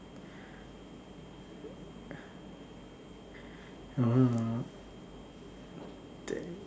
mm